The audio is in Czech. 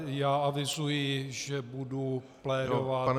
Já avizuji, že budu plédovat